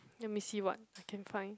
let me see what I can find